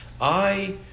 I